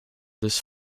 this